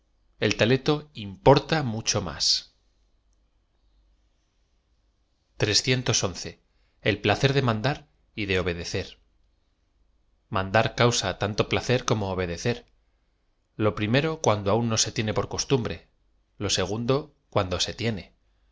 l talento im porta mucho mds í p la ce r dé mandar y dé ohtdectr mandar causa tanto placer como obedecer lo pri mero cuando aún no se tiene por costumbre lo segun do cuando se tiene